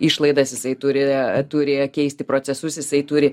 išlaidas jisai turi turi keisti procesus jisai turi